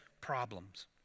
problems